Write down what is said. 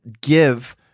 give